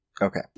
Okay